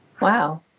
Wow